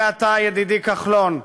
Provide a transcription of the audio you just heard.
ואתה, ידידי כחלון,